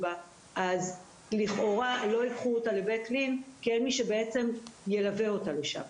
בו אז לכאורה לא ייקחו אותה לבית לין כי אין מי שילווה אותה לשם.